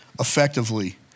effectively